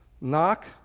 Knock